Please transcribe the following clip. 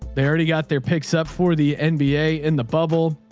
they already got their picks up for the nba in the bubble.